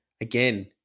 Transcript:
again